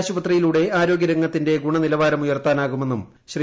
ആശുപത്രിയിലൂടെ് ആരോഗ്യ രംഗത്തിന്റെ ഗുണനിലവാരം ഉയർത്താനാകുമെന്നും ശ്രീ